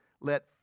let